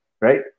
right